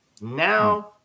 Now